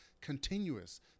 continuous